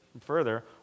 further